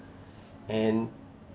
and